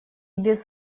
без